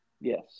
Yes